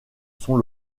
son